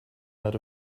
that